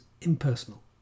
impersonal